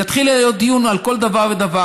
יתחיל להיות דיון על כל דבר ודבר.